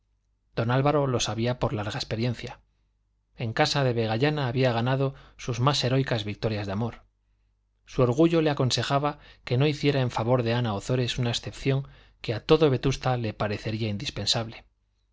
don álvaro lo sabía por larga experiencia en casa de vegallana había ganado sus más heroicas victorias de amor su orgullo le aconsejaba que no hiciera en favor de ana ozores una excepción que a todo vetusta le parecería indispensable